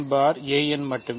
பார் மட்டுமே